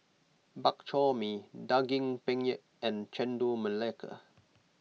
Bak Chor Mee Daging Penyet and Chendol Melaka